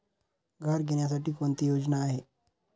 घर घेण्यासाठी कोणती योजना आहे?